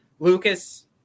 Lucas